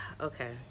Okay